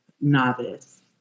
novice